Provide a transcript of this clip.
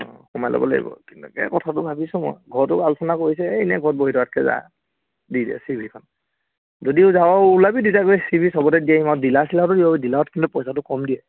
অঁ সোমাই ল'ব লাগিব কিবাকে কথাটো ভাবিছোঁ মই ঘৰতো আলোচনা কৰিছে এই এনেই ঘৰত বহি থকাতকে যা দি দে চিভিখন যদিও যাওঁ ওলাবি তেতিয়া গৈ চি ভি চবতে দি আহিমগৈ আৰু ডিলাৰ চিলাৰটো দিব পাৰি ডিলাৰত কিন্তু পইচাটো কম দিয়ে